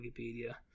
Wikipedia